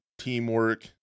teamwork